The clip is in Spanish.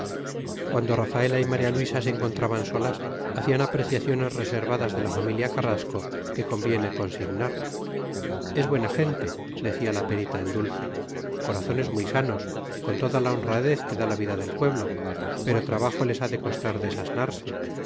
cuando rafaela y maría luisa se encontraban solas hacían apreciaciones reservadas de la familia carrasco que conviene consignar es buena gente decía la perita en dulce corazones muy sanos con toda la honradez que da la vida de pueblo pero trabajo les ha de costar desasnarse